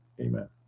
Amen